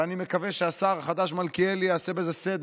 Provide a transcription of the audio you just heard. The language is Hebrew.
ואני מקווה שהשר החדש מלכיאלי יעשה בזה סדר,